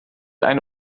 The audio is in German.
eine